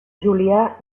julià